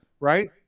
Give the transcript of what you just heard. Right